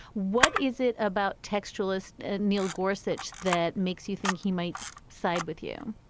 what is it about textualism neil gorse which that makes you think he might side with you